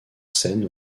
scène